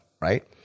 right